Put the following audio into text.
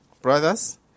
brothers